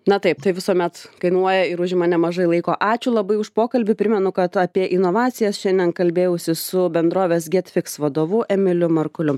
na taip tai visuomet kainuoja ir užima nemažai laiko ačiū labai už pokalbį primenu kad apie inovacijas šiandien kalbėjausi su bendrovės getfiks vadovu emiliu markuliu